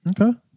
Okay